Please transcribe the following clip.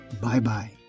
Bye-bye